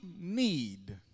need